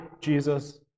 Jesus